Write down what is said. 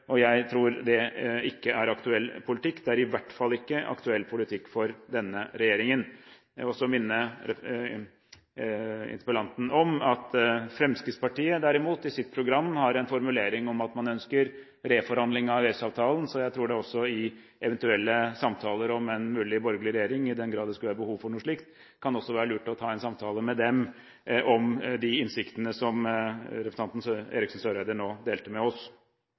EØS-avtalen. Jeg tror ikke det er en aktuell politikk. Det er i hvert fall ingen aktuell politikk for denne regjeringen. Jeg vil også minne interpellanten om at Fremskrittspartiet derimot i sitt program har en formulering om at de ønsker reforhandling av EØS-avtalen. Jeg tror derfor at det i eventuelle samtaler om en mulig borgerlig regjering, i den grad det skulle være behov for noe slikt, kan være lurt å ta en samtale med dem om den innsikten representanten Eriksen Søreide nå delte med oss.